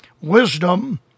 wisdom